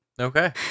Okay